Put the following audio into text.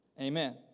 Amen